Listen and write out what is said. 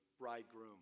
bridegroom